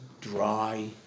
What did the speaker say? dry